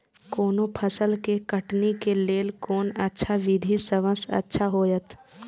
कोनो फसल के कटनी के लेल कोन अच्छा विधि सबसँ अच्छा होयत?